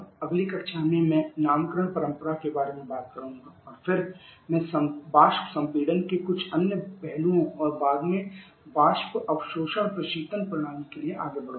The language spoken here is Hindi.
अगली कक्षा में मैं नामकरण परंपरा के बारे में बात करूंगा और फिर मैं वाष्प संपीड़न के कुछ अन्य पहलुओं और बाद में वाष्प अवशोषण प्रशीतन प्रणाली के लिए आगे बढ़ूंगा